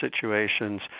situations